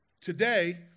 Today